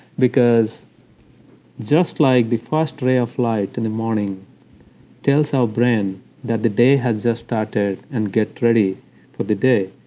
because just like the first ray of light in the morning tells our brain that the day has just started, and get ready for the day,